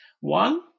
one